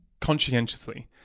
conscientiously